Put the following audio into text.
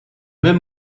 même